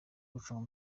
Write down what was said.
gucunga